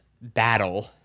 battle